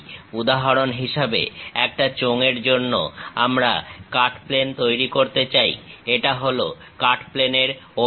উদাহরণ হিসেবে একটা চোঙের জন্য আমরা কাট প্লেন তৈরি করতে চাই এটা হলো কাট প্লেন ের অভিমুখ